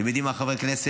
אתם יודעים מה, חברי הכנסת?